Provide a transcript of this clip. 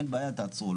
אין בעיה תעצרו.